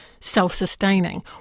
self-sustaining